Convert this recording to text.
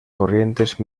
corrientes